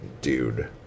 dude